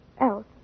else